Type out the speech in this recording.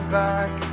back